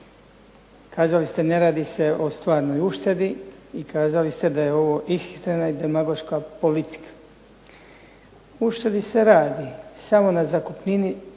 uštedi se radi, samo na zakupnini